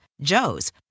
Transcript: Joe's